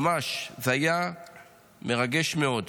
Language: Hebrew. ממש, זה היה מרגש מאוד.